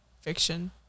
fiction